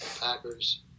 Packers